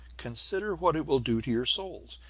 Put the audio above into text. consider what it will do to your souls,